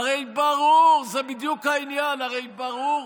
הרי ברור, זה בדיוק העניין, הרי ברור,